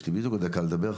יש לי בדיוק עוד דקה לדבר,